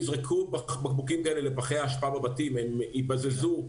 אם יזרקו בקבוקים כאלה לפחי האשפה בבתים הם ייבזזו,